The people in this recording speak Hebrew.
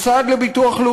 הצעת חוק טיפול בחולי נפש (תיקון מס' 8),